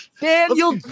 Daniel